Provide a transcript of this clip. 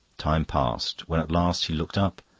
time passed. when at last he looked up,